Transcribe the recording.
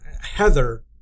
Heather